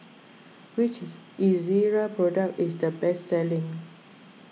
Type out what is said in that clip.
which Ezerra product is the best selling